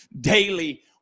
daily